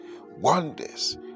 wonders